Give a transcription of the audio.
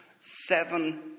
seven